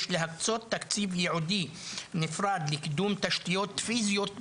יש להקצות תקציב ייעודי נפרד לקידום תשתיות פיזיות בטוחות,